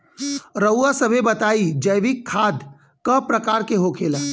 रउआ सभे बताई जैविक खाद क प्रकार के होखेला?